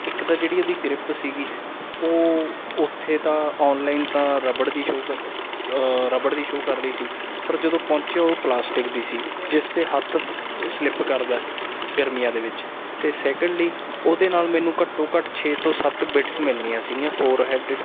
ਇੱਕ ਤਾਂ ਜਿਹੜੀ ਉਹਦੀ ਗ੍ਰਿਪ ਸੀਗੀ ਉਹ ਉੱਥੇ ਤਾਂ ਅੋਨਲਾਈਨ ਤਾਂ ਰਬੜ ਦੀ ਸ਼ੋਅ ਰਬੜ ਦੀ ਸ਼ੋਅ ਕਰ ਰਹੀ ਸੀ ਪਰ ਜਦੋਂ ਪਹੁੰਚੇ ਉਹ ਪਲਾਸਟਿਕ ਦੀ ਸੀ ਜਿਸ 'ਤੇ ਹੱਥ ਸਲਿਪ ਕਰਦਾ ਗਰਮੀਆਂ ਦੇ ਵਿੱਚ ਅਤੇ ਸੈਕਿੰਡਲੀ ਉਹਦੇ ਨਾਲ ਮੈਨੂੰ ਘੱਟੋ ਘੱਟ ਛੇ ਤੋਂ ਸੱਤ ਬਿਟਸ ਮਿਲਣੀਆਂ ਸੀਗੀਆਂ ਫੋਰ ਹੈਡਿਡ